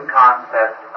concept